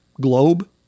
globe